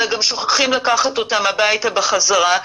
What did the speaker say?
אלא גם שוכחים לקחת אותם הביתה בחזרה.